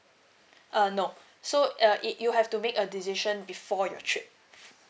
err no so uh it you have to make a decision before your trip